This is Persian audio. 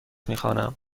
میخوانم